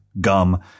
gum